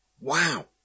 Wow